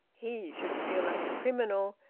he should feel like a criminal,